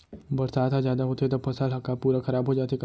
बरसात ह जादा होथे त फसल ह का पूरा खराब हो जाथे का?